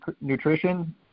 nutrition